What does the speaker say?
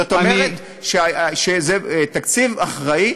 זאת אומרת שזה תקציב אחראי.